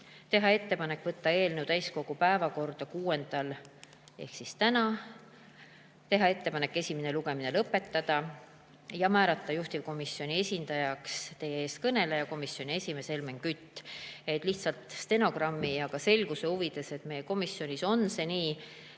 teha ettepanek võtta eelnõu täiskogu päevakorda 6‑ndal, teha ettepanek esimene lugemine lõpetada ja määrata juhtivkomisjoni esindajaks teie ees kõneleja, komisjoni esimees Helmen Kütt. Lihtsalt stenogrammi ja ka selguse huvides ütlen, et meie komisjonis on nii,